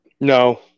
No